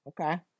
Okay